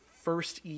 first